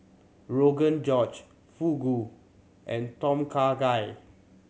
Rogan Josh Fugu and Tom Kha Gai